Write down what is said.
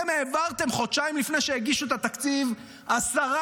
חודשיים לפני שהגישו את התקציב העברתם 10